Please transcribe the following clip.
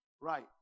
right